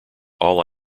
all